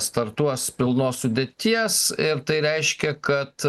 startuos pilnos sudėties ir tai reiškia kad